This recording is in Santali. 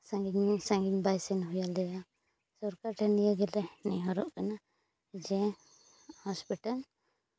ᱥᱟᱺᱜᱤᱧ ᱥᱟᱺᱜᱤᱧ ᱵᱟᱭ ᱥᱮᱱ ᱦᱩᱭ ᱟᱞᱮᱭᱟ ᱥᱚᱨᱠᱟᱨ ᱴᱷᱮᱱ ᱱᱤᱭᱟᱹ ᱜᱮᱞᱮ ᱱᱮᱦᱚᱨᱚᱜ ᱠᱟᱱᱟ ᱡᱮ ᱦᱚᱥᱯᱤᱴᱟᱞ